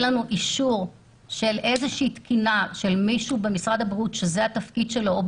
לנו של איזושהי תקינה של מישהו במשרד הבריאות או במשרד